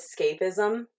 escapism